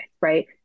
right